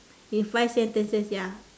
in five sentences ya